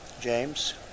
James